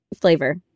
flavor